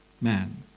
man